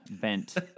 bent